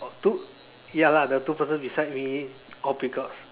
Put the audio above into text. two ya lah the two person beside me all peacocks